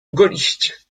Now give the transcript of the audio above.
gaulliste